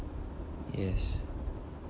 yes